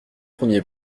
premier